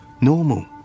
normal